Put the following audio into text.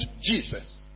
Jesus